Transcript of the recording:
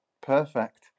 perfect